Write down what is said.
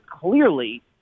clearly